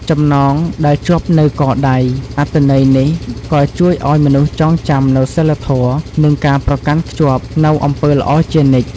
ចំណងដែលជាប់នៅកដៃ អត្ថន័យនេះក៏ជួយឲ្យមនុស្សចងចាំនូវសីលធម៌ និងការប្រកាន់ខ្ជាប់នូវអំពើល្អជានិច្ច។